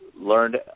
learned